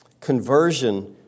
conversion